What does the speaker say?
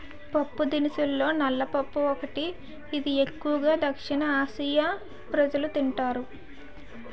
పప్పుదినుసుల్లో నల్ల పప్పు ఒకటి, ఇది ఎక్కువు గా దక్షిణఆసియా ప్రజలు తింటారు